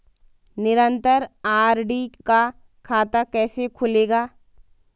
निरन्तर आर.डी का खाता कैसे खुलेगा?